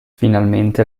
finalmente